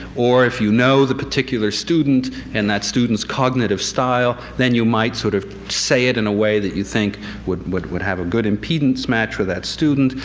or if you know the particular student and that student's cognitive style, then you might sort of say it in a way that you think would would have a good impedance match with that student.